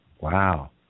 Wow